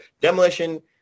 Demolition